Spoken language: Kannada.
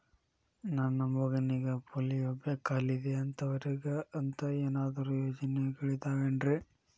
ನನ್ನ ಮಗನಿಗ ಪೋಲಿಯೋ ಕಾಲಿದೆ ಅಂತವರಿಗ ಅಂತ ಏನಾದರೂ ಯೋಜನೆಗಳಿದಾವೇನ್ರಿ?